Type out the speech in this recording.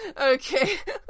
Okay